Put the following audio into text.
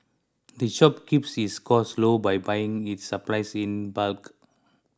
the shop keeps its costs low by buying its supplies in bulk